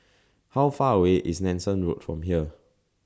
How Far away IS Nanson Road from here